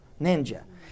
Ninja